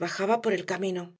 bajaba por el camino